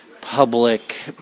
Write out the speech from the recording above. public